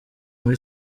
muri